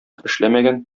эшләмәгән